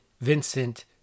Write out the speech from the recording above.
Vincent